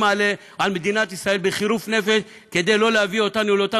על מדינת ישראל בחירוף נפש כדי לא להביא אותנו לאותן